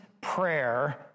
prayer